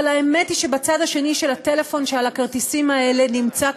אבל האמת היא שבצד השני של הטלפון שעל הכרטיסים האלה נמצא,